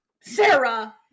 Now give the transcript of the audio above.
sarah